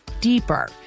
deeper